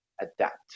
adapt